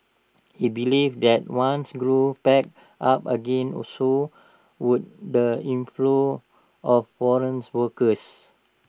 he believed that once growth picked up again also would the inflow of foreigns workers